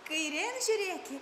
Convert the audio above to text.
kairėn žiūrėki